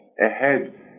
ahead